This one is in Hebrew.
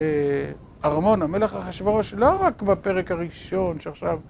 ארמון המלך אחשוורוש לא רק בפרק הראשון שעכשיו...